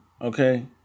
okay